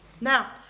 Now